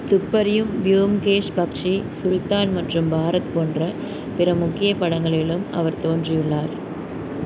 துப்பறியும் பியோம்கேஷ் பக்ஷி சுல்தான் மற்றும் பாரத் போன்ற பிற முக்கிய படங்களிலும் அவர் தோன்றியுள்ளார்